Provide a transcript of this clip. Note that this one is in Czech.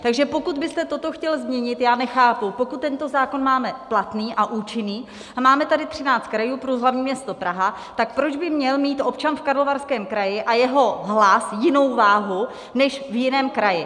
Takže pokud byste toto chtěl změnit, já nechápu, pokud tento zákon máme platný a účinný a máme tady 13 krajů plus hlavní město Praha, tak proč by měl mít občan v Karlovarském kraji a jeho hlas jinou váhu než v jiném kraji.